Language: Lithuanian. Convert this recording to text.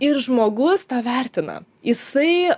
ir žmogus tą vertina jisai